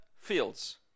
fields